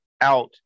out